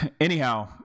Anyhow